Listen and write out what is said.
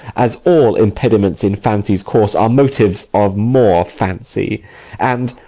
as all impediments in fancy's course are motives of more fancy and,